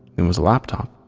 it was a laptop,